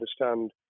understand